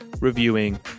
reviewing